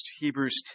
Hebrews